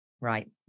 Right